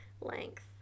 length